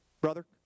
brother